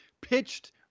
pitched